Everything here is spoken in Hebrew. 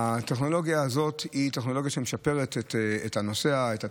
הטכנולוגיה הזאת היא טכנולוגיה שמשפרת לנוסע את התשלום.